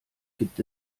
gibt